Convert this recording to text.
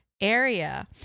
area